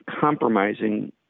compromising